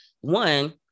one